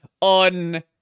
on